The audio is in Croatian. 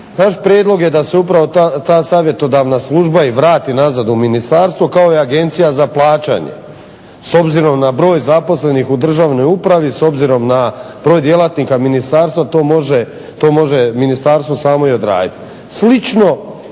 Naš prijedlog je da se upravo ta Savjetodavna služba i vrati nazad u ministarstvo kao i Agencija za plaćanje s obzirom na broj zaposlenih u državnoj upravi, s obzirom na broj djelatnika ministarstva to može ministarstvo samo i odraditi.